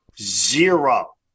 Zero